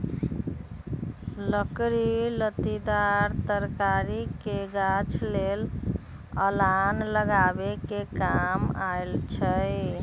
लकड़ी लत्तिदार तरकारी के गाछ लेल अलान लगाबे कें काम अबई छै